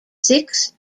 six